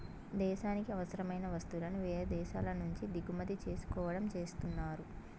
దేశానికి అవసరమైన వస్తువులను వేరే దేశాల నుంచి దిగుమతి చేసుకోవడం చేస్తున్నారు